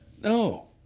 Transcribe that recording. No